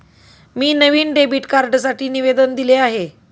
मी नवीन डेबिट कार्डसाठी निवेदन दिले आहे